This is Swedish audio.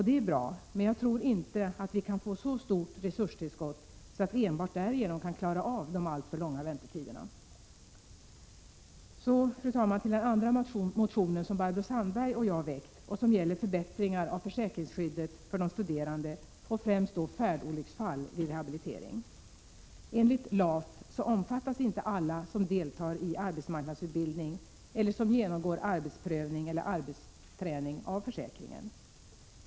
Det är bra, men jag tror inte att man kan få ett så stort resurstillskott att man enbart därigenom kan klara av de alltför långa väntetiderna. Så till den andra motionen som Barbro Sandberg och jag väckt och som gäller förbättringar av försäkringsskyddet för de studerande och främst då färdolycksfall vid rehabilitering. Enligt LAF omfattas inte alla som deltar i arbetsmarknadsutbildning eller som genomgår arbetsprövning eller arbetsträning av försäkringen.